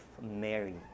Mary